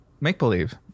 make-believe